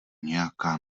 nějaká